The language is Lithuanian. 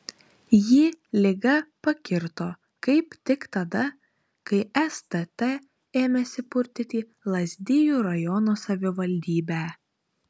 jį liga pakirto kaip tik tada kai stt ėmėsi purtyti lazdijų rajono savivaldybę